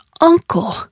uncle